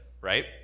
right